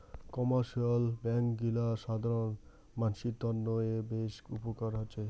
commercial bank গিলা সাধারণ মানসির তন্ন এ বেশ উপকার হৈছে